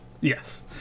Yes